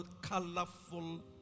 colorful